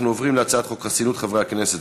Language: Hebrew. אנחנו עוברים להצעת חוק חסינות חברי הכנסת,